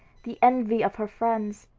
the envy of her friends,